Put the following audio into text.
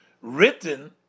written